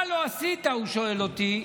הוא שואל אותי: